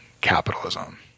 capitalism